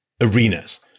arenas